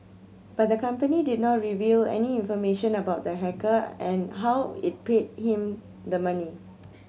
but the company did not reveal any information about the hacker and how it paid him the money